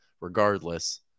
regardless